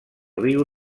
riu